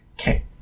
Okay